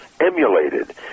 emulated